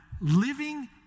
living